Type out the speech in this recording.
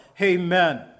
Amen